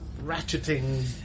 ratcheting